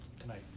tonight